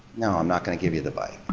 no, i'm not gonna give you the bike.